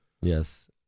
Yes